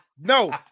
no